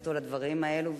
התייחסותו לדברים האלה.